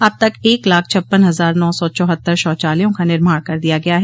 अब तक एक लाख छप्पन हजार नौ सौ चौहत्तर शौचालयों का निर्माण कर दिया गया है